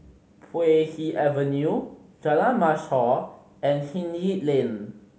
Puay Hee Avenue Jalan Mashhor and Hindhede Lane